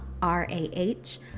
r-a-h